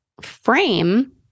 frame